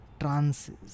trances